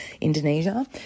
Indonesia